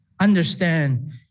Understand